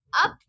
up